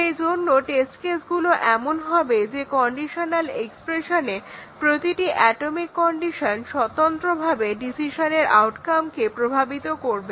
সেই জন্য টেস্ট কেসগুলো এমন হবে যে কন্ডিশনাল এক্সপ্রেশনে প্রতিটি অ্যাটমিক কন্ডিশন স্বতন্ত্রভাবে ডিসিশনের আউটকামকে প্রভাবিত করবে